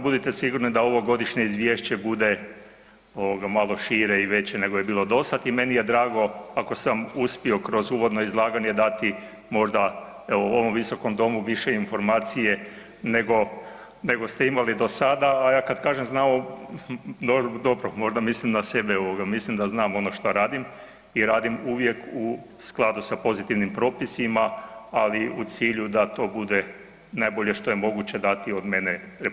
Budite sigurni da ovo godišnje izvješće bude malo šire i veće nego je bilo dosad i meni je drago ako sam uspio kroz uvodno izlaganje dati možda evo, u ovom Visokom domu više informacije nego ste imali do sada, a ja kažem znamo, dobro, možda mislim na sebe, mislim da znam ono što radim i radim uvijek u skladu sa pozitivnim propisima, ali u cilju da to bude najbolje što je moguće dati od mene RH.